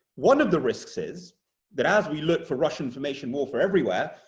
one of the risks is that as we look for russian information warfare everywhere,